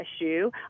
issue